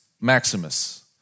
Maximus